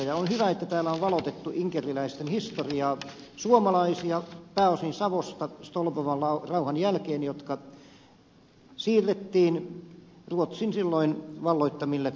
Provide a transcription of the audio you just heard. ja on hyvä että täällä on valotettu inkeriläisten historiaa jotka olivat suomalaisia pääosin savosta ja jotka siirrettiin stolbovan rauhan jälkeen ruotsin silloin valloittamille alueille